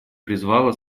призвала